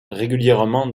régulièrement